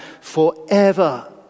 forever